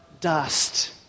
dust